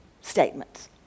statements